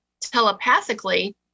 telepathically